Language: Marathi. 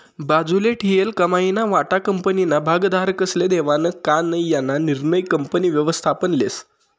बाजूले ठीयेल कमाईना वाटा कंपनीना भागधारकस्ले देवानं का नै याना निर्णय कंपनी व्ययस्थापन लेस